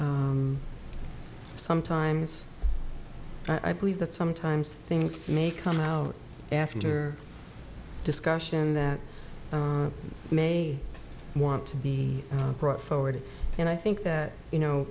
sometimes i believe that sometimes things may come out after discussion that may want to be brought forward and i think that you know